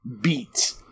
Beat